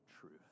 truth